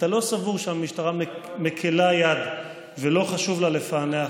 לא סבור שהמשטרה מקילה יד ולא חשוב לה לפענח.